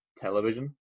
television